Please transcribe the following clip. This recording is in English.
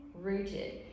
rooted